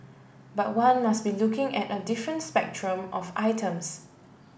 but one must be looking at a different spectrum of items